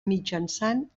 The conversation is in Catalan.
mitjançant